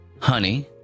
honey